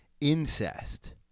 incest